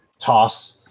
toss